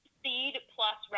seed-plus